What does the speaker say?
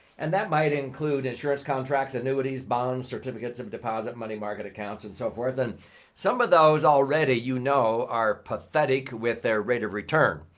and that might include insurance contracts annuities bonds certificates of deposit money market accounts and so forth. and some of those already you know are pathetic with their rate of return.